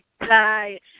Hi